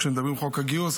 כשמדברים על חוק הגיוס,